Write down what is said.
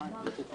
מאי.